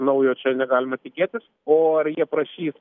naujo čia negalima tikėtis o reikia prašyt